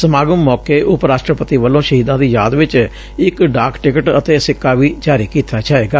ਸਮਾਗਮ ਸੌਕੇ ਉਪ ਰਾਸ਼ਟਰਪਤੀ ਵੱਲੋਂ ਸ਼ਹੀਦਾਂ ਦੀ ਯਾਦ ਵਿੱਚ ਇੱਕ ਡਾਕ ਟਿਕਟ ਅਤੇ ਸਿੱਕਾ ਵੀ ਜਾਰੀ ਕੀਤਾ ਜਾਵੇਗਾ